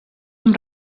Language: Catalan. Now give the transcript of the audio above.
amb